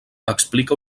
explica